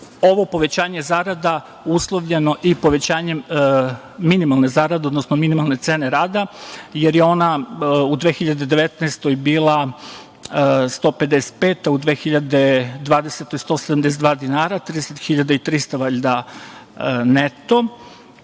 ovo povećanje zarada uslovljeno i povećanjem minimalne zarade, odnosno minimalne cene rada, jer je ona u 2019. godini bila 155, a u 2020. godini 172, dinara, 30.300 neto. Kada